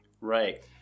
Right